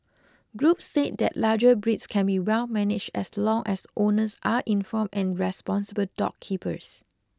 groups said that larger breeds can be well managed as long as owners are informed and responsible dog keepers